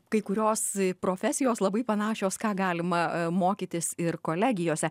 kai kurios profesijos labai panašios ką galima mokytis ir kolegijose